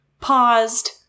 paused